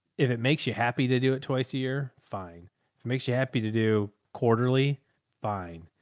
if it makes you happy to do it twice a year, fine. if it makes you happy to do quarterly fine.